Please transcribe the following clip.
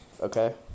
Okay